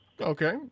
Okay